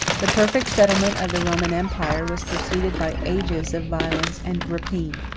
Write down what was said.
the perfect settlement of the roman empire was preceded by ages of violence and rapine.